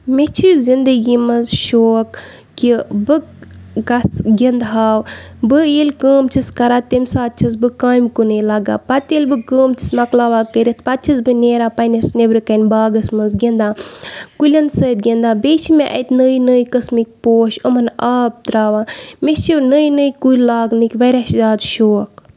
مےٚ چھِ زندگی مںٛز شوق کہِ بہٕ گژھٕ گِنٛدٕہاو بہٕ ییٚلہِ کٲم چھس کَران تمہِ ساتہٕ چھس بہٕ کامہِ کُنُے لاگان پَتہٕ ییٚلہِ بہٕ کٲم چھس مۄکلاوان کٔرِتھ پَتہٕ چھس بہٕ نیران پنٛنِس نٮ۪برٕکن باغَس منٛز گِنٛدان کُلٮ۪ن سۭتۍ گِنٛدان بیٚیہِ چھِ مےٚ اَتہِ نٔے نٔے قٕسمٕکۍ پوش یِمَن آب ترٛاوان مےٚ چھِ یِم نٔے نٔے کُلۍ لاگنٕکۍ واریاہ زیادٕ شوق